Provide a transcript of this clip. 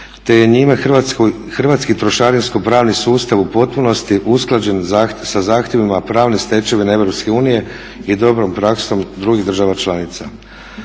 te je njima hrvatski trošarinsko-pravni sustav u potpunosti usklađen sa zahtjevima pravne stečevine EU i dobrom praksom drugih država članica.